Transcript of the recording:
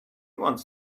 wants